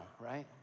right